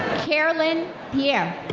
kerline pierre.